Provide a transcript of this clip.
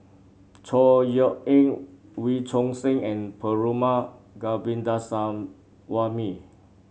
Chor Yeok Eng Wee Choon Seng and Perumal Govindaswamy